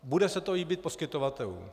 Bude se to líbit poskytovatelům.